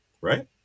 right